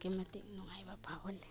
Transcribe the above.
ꯑꯗꯨꯛꯀꯤ ꯃꯇꯤꯛ ꯅꯨꯡꯉꯥꯏꯕ ꯐꯥꯎꯍꯜꯂꯦ